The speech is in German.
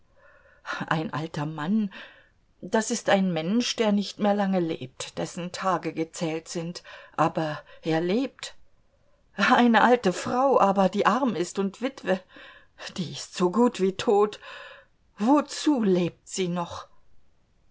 ein alter mann das ist ein mensch der nicht mehr lange lebt dessen tage gezählt sind aber er lebt eine alte frau aber die arm ist und witwe die ist so gut wie tot wozu lebt sie noch